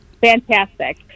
Fantastic